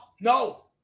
no